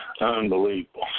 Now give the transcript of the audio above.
unbelievable